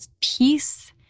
peace